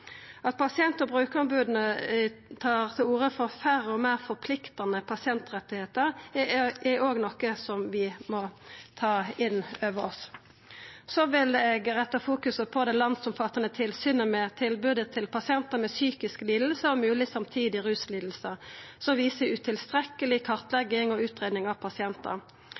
At pasient- og brukaromboda tar til orde for færre og meir forpliktande pasientrettar, er òg noko vi må ta innover oss. Så vil eg fokusera på det landsomfattande tilsynet med tilbodet til pasientar med psykiske lidingar og moglege samtidige ruslidingar, som viser utilstrekkeleg kartlegging og utgreiing av pasientar.